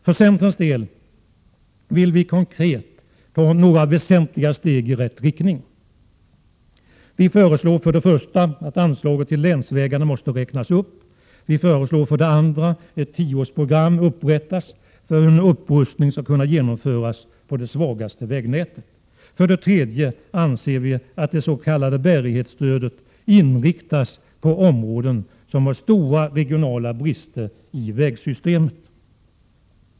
För centerns del vill vi konkret ta några väsentliga steg i rätt riktning. Vi föreslår för det första att anslaget till länsvägarna räknas upp. Vi föreslår för det andra att ett tioårsprogram upprättas för hur en upprustning skall kunna genomföras på det svagaste vägnätet. För det tredje anser vi att dets.k. bärighetsstödet inriktas på områden som har stora regionala brister i sitt vägsystem.